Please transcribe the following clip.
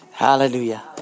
Hallelujah